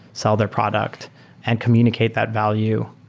sell their product and communicate that value?